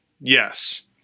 Yes